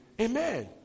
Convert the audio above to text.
Amen